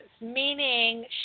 meaning